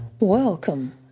Welcome